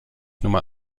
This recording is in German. nummer